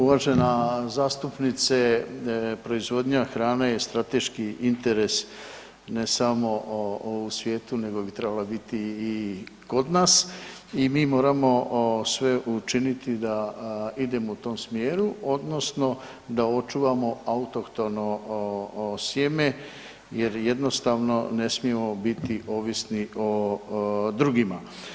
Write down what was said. Uvažena zastupnice proizvodnja hrane je strateški interes ne samo u svijetu nego bi trebala biti i kod nas i mi moramo sve učiniti da idemo u tom smjeru odnosno da očuvamo autohtono sjeme jer jednostavno ne smijemo biti ovisni o drugima.